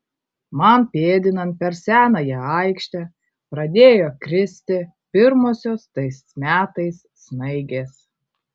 man pėdinant per senąją aikštę pradėjo kristi pirmosios tais metais snaigės